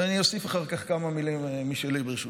ואני אוסיף אחר כך כמה מילים משלי, ברשותך.